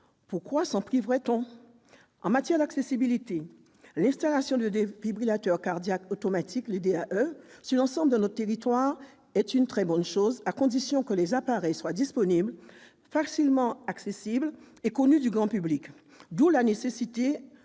lieu, aux contraintes en matière d'accessibilité. L'installation de défibrillateurs cardiaques automatiques externes sur l'ensemble de notre territoire est une très bonne chose, à condition que les appareils soient disponibles, facilement accessibles et connus du grand public. D'où la nécessité d'être vigilants